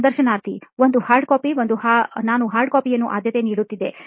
ಸಂದರ್ಶನಾರ್ಥಿ ಒಂದೋ Hardcopy ನಾನು Hardcopy ಯನ್ನು ಆದ್ಯತೆ ನೀಡುತ್ತಿದ್ದೆ